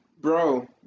Bro